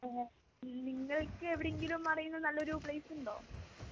നിങ്ങൾക്ക് എവിടെയെങ്കിലും അറിയുന്ന നല്ലൊരു പ്ലേസുണ്ടോ